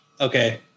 Okay